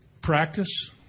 practice